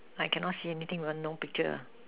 like cannot see anything because no picture